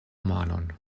manon